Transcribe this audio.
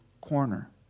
corner